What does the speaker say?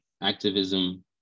activism